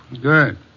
Good